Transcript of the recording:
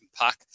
pack